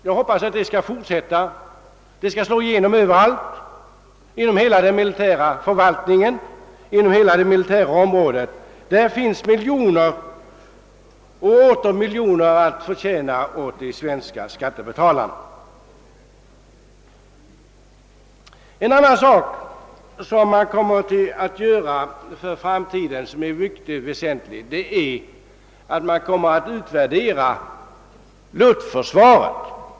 Jag hoppas att dessa tendenser skall fortsätta och slå igenom överallt inom den militära förvaltningen och inom det militära området över huvud taget. Det finns miljoner och åter miljoner att spara åt de svenska skattebetalarna i detta sammanhang. Något annat mycket väsentligt för framtiden är hur man skall utforma luftförsvaret.